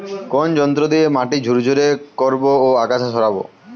কোন যন্ত্র দিয়ে মাটি ঝুরঝুরে করব ও আগাছা সরাবো?